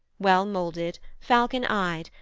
well-moulded, falcon-eyed,